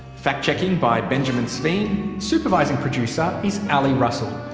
fact checking by benjamin sveen. supervising producer is ali russell.